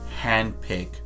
handpick